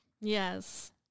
Yes